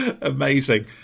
amazing